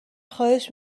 خواهش